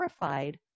terrified